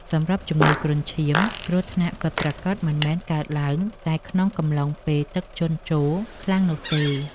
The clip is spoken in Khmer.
សម្រាប់ជំងឺគ្រុនឈាម គ្រោះថ្នាក់ពិតប្រាកដមិនមែនកើតឡើងតែក្នុងកំឡុងពេលទឹកជន់ជោរខ្លាំងនោះទេ។